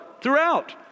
throughout